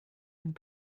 einem